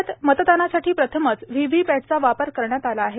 राज्यात मतदानासाठी प्रथमच व्होव्होपॅटचा वापर करण्यात आला आहे